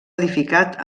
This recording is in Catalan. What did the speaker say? edificat